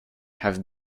have